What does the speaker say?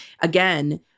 again